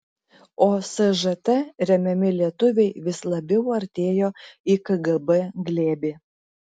o sžt remiami lietuviai vis labiau artėjo į kgb glėbį